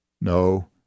No